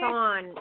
on